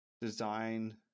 design